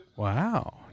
Wow